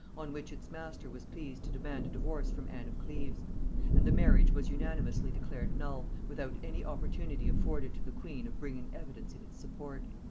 on which its master was pleased to demand a divorce from ann of cleves and the marriage was unanimously declared null, without any opportunity afforded to the queen of bringing evidence in its support.